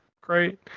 great